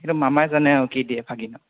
সেইটো মামাই জানে আৰু কি দিয়ে ভাগিনক